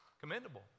commendable